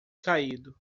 caído